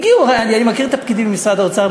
הגיעו, אני מכיר את הפקידים ממשרד האוצר.